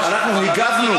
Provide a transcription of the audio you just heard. אנחנו הגבנו.